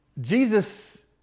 Jesus